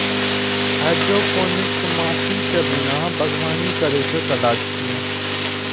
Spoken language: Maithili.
हाइड्रोपोनिक्स माटि के बिना बागवानी करै के कला छियै